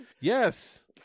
Yes